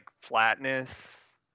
flatness